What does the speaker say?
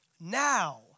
Now